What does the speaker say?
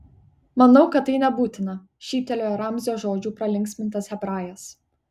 manau kad tai nebūtina šyptelėjo ramzio žodžių pralinksmintas hebrajas